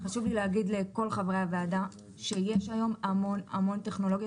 חשוב לי להגיד לכל חברי הוועדה שיש היום המון טכנולוגיה